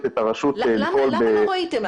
את הרשות לפעול ב- -- למה לא ראיתם?